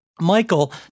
Michael